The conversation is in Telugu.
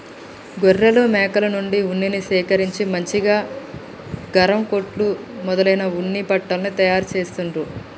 గొర్రెలు మేకల నుండి ఉన్నిని సేకరించి మంచిగా గరం కోట్లు మొదలైన ఉన్ని బట్టల్ని తయారు చెస్తాండ్లు